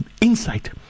insight